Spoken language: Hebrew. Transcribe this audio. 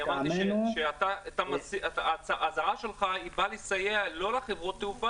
אני אמרתי שההצעה שלך באה לסייע לא לחברות התעופה